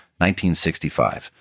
1965